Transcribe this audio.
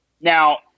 Now